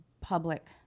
public